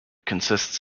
consists